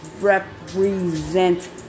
represent